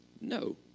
No